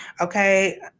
Okay